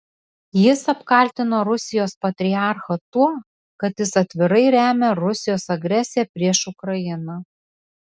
jis apkaltino rusijos patriarchą tuo kad jis atvirai remia rusijos agresiją prieš ukrainą